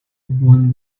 won